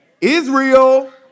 Israel